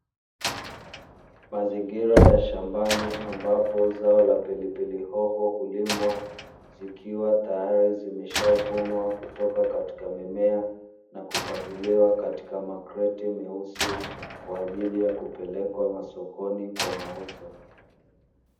Mazingira ya shambani ambapo zao la pilipili hoho hulimwa, zikiwa tayari zimeshavunwa kutoka katika mimea na kupangiliwa katika makreti meusi, kwaajili ya kupelekwa masokoni kwa mauzo.